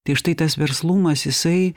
tai štai tas verslumas jisai